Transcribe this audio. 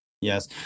Yes